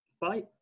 bye